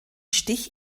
stich